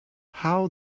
how